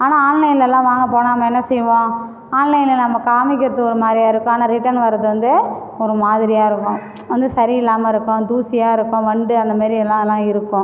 ஆனால் ஆன்லைன்லேலாம் வாங்கப் போனால் நம்ம என்ன செய்வோம் ஆன்லைன்லில் நம்ம காமிக்கிறது ஒரு மாதிரியா இருக்கும் ஆனால் ரிட்டன் வர்றது வந்து ஒரு மாதிரியாக இருக்கும் வந்து சரியில்லாமல் இருக்கும் தூசியாக இருக்கும் வண்டு அந்த மாதிரி எல்லாம் அதெலாம் இருக்கும்